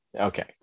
okay